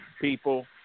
people